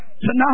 Tonight